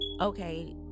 okay